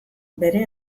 bere